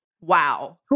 wow